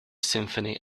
symphony